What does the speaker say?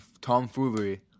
tomfoolery